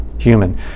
human